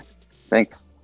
Thanks